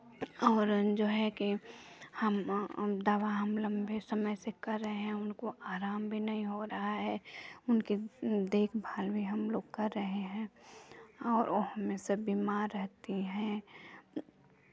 और जो है कि हम दवा हम लंबे समय से कर रहे हैं उनको आराम भी नहीं हो रहा है उनकी देखभाल भी हमलोग कर रहे हैं और वो हमेशा बीमार रहती हैं